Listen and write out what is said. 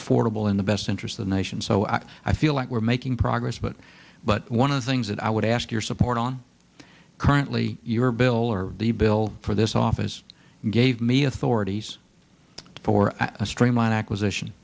affordable in the best interest of the nation so i i feel like we're making progress but but one of the things that i would ask your support on currently your bill or the bill for this office gave me authorities for a streamline acquisition